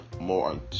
more